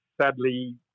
Sadly